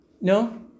no